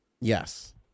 Yes